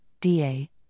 DA